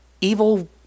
evil